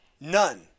None